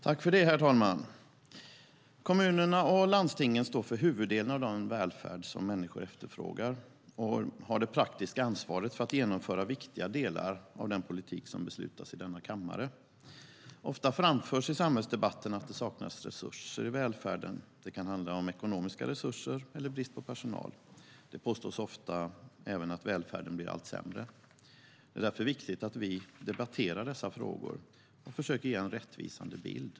Herr talman! Kommunerna och landstingen står för huvuddelen av den välfärd som människor efterfrågar, och de har det praktiska ansvaret för att genomföra viktiga delar av den politik som beslutas i denna kammare. Ofta framförs i samhällsdebatten att det saknas resurser i välfärden. Det kan handla om ekonomiska resurser eller brist på personal. Det påstås ofta även att välfärden blir allt sämre. Det är därför viktigt att vi debatterar dessa frågor och försöker ge en rättvisande bild.